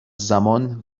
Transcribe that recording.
زمان